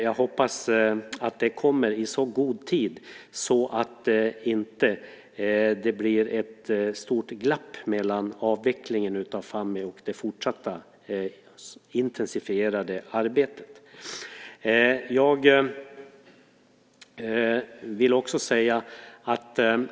Jag hoppas att det kommer i så god tid att det inte blir ett stort glapp mellan avvecklingen av Fammi och det fortsatta intensifierade arbetet.